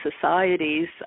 societies